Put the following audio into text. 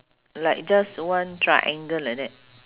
like just one triangle like that